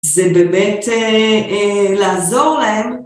זה באמת לעזור להם.